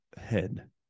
head